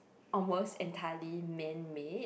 almost entirely manmade